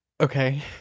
Okay